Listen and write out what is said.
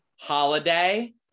Holiday